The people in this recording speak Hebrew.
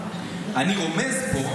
אני רומז פה,